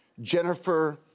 Jennifer